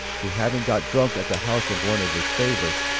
who having got drunk at the house of one of his favorites,